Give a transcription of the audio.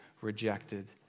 rejected